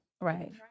Right